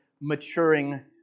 maturing